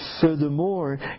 furthermore